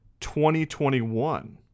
2021